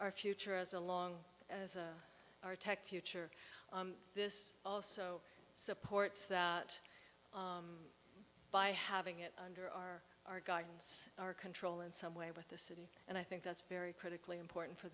our future as along our tech future this also supports that by having it under our our guidance our control in some way with the city and i think that's very critically important for